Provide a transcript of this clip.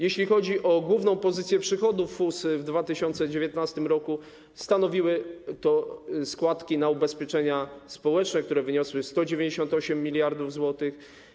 Jeśli chodzi o główną pozycję przychodów FUS w 2019 r., to stanowiły ją składki na ubezpieczenia społeczne, które wyniosły 198 mld zł.